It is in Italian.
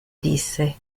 disse